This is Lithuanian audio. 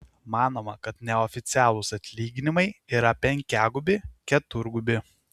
manoma kad neoficialūs atlyginimai yra penkiagubi keturgubi